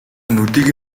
нүдийг